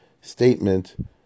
statement